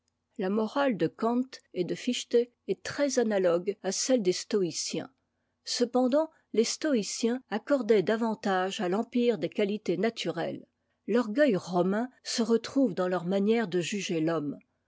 la morale de kant et de fichte est très analogue à celle des stoïciens cependant les stoïciens accordaient davantage à l'empire des qualités naturelles l'orgueil romain se retrouve dans leur manière de juger l'homme